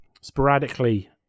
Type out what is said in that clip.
sporadically